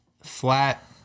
flat